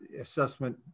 assessment